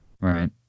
right